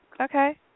Okay